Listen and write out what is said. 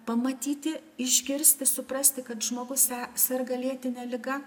pamatyti išgirsti suprasti kad žmogus serga lėtine liga